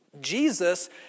Jesus